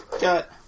got